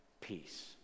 peace